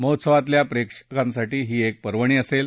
महोत्सवातल्या प्रेक्षकांसाठी ही एक पर्वणी असेल